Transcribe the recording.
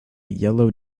yellow